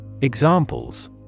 Examples